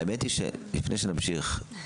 האמת היא שלפני שנמשיך,